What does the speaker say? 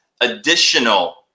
additional